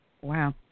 Wow